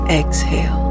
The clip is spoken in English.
exhale